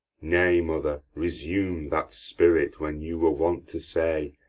nay, mother, resume that spirit when you were wont to say,